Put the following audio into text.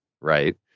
right